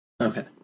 Okay